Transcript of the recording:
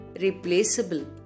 replaceable